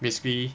basically